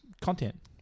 Content